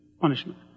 punishment